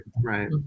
Right